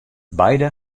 beide